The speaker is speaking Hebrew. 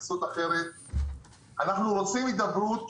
אנחנו רוצים הידברות.